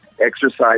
exercise